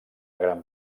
gran